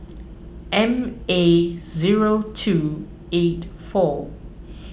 M A zero two eight four